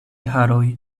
haroj